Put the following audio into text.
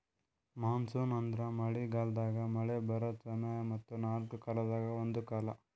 monsoon ಅಂದುರ್ ಮಳೆ ಗಾಲದಾಗ್ ಮಳೆ ಬರದ್ ಸಮಯ ಮತ್ತ ನಾಲ್ಕು ಕಾಲದಾಗ ಒಂದು ಕಾಲ